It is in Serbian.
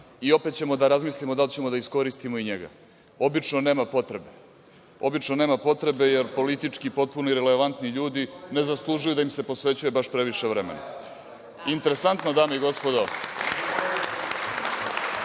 i opet ćemo da razmislimo da li ćemo da iskoristimo i njega. Obično nema potrebe. Obično nema potrebe jer politički potpuno irelevantni ljudi ne zaslužuju da im se posvećuje baš previše vremena. Interesantno, dame i gospodo,